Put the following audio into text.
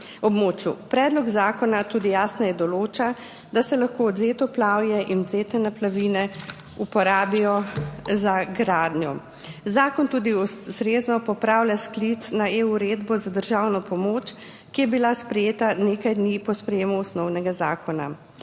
Predlog zakona tudi jasneje določa, da se lahko odvzeto plavje in odvzete naplavine uporabijo za gradnjo. Zakon tudi ustrezno popravlja sklic na EU uredbo za državno pomoč, ki je bila sprejeta nekaj dni po sprejemu osnovnega zakona.